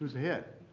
ahead?